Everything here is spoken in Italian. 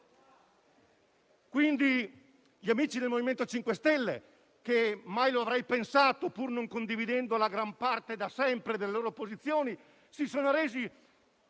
Quindi, gli amici del MoVimento 5 Stelle (mai lo avrei pensato), pur non condividendo da sempre gran parte delle loro posizioni, si sono resi